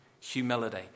humility